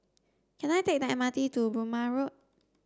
can I take the M R T to Burmah Road